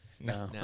No